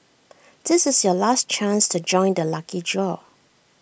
this is your last chance to join the lucky draw